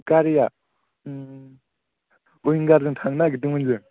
गारिया विंगारजों थांनो नागिरदोंमोन जों